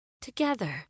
together